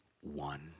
one